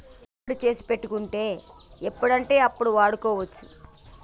మునగాకు పొడి చేసి పెట్టుకుంటే ఎప్పుడంటే అప్పడు వాడుకోవచ్చు